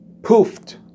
poofed